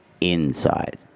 inside